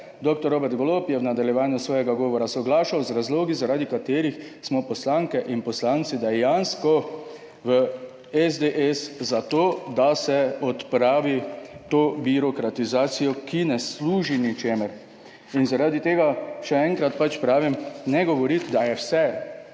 Dr. Robert Golob je v nadaljevanju svojega govora soglašal z razlogi, zaradi katerih smo poslanke in poslanci dejansko v SDS za to, da se odpravi to birokratizacijo, ki ne služi ničemur. Zaradi tega, še enkrat pač pravim, ne govoriti, da je vse